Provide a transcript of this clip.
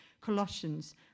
Colossians